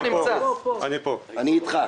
אני איתך.